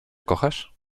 kochasz